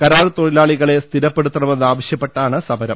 കരാർ തൊഴിലാളികളെ സ്ഥിരപ്പെടു ത്തണമെന്നാവശൃപ്പെട്ടാണ് സമരം